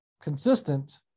consistent